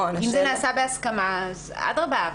אם זה בהסכמה אדרבה.